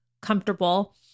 comfortable